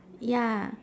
ya